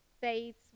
faiths